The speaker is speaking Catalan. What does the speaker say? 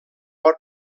pot